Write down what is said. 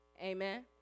Amen